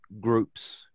groups